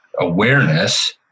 awareness